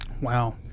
Wow